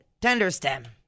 Tenderstem